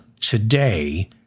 today